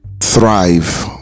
thrive